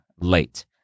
late